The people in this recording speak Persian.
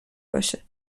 باشه